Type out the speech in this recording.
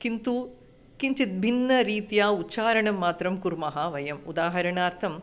किन्तु किञ्चित् भिन्नरीत्या उच्चारणं मात्रं कुर्मः वयम् उदाहरणार्थम्